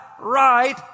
right